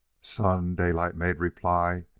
son, daylight made reply,